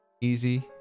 easy